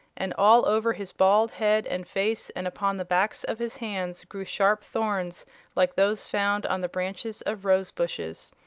and all over his bald head and face and upon the backs of his hands grew sharp thorns like those found on the branches of rose-bushes.